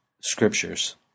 scriptures